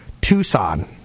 Tucson